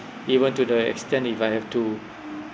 even to the extent if I have to